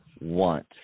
want